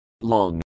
long